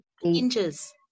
hinges